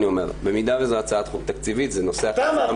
במידה וזאת הצעת חוק תקציבית, זה נושא אחר.